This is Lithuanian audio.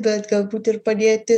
bet galbūt ir padėti